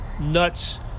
nuts